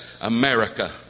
America